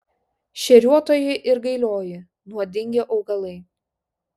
šeriuotoji ir gailioji nuodingi augalai